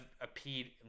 appeared